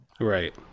Right